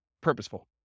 purposeful